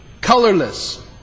colorless